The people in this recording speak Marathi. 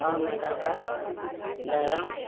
अहमदाबाद दरंग